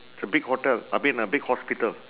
it's a big hotel I mean a big hospital